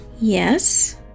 Yes